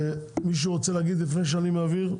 מישהו רוצה להגיד לפני שאני מעביר?